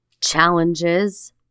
challenges